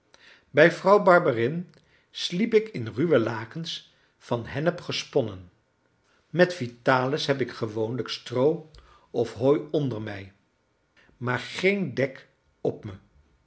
bij vrouw barberin sliep ik in ruwe lakens van hennep gesponnen met vitalis heb ik gewoonlijk stroo of hooi onder mij maar geen dek op me